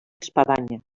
espadanya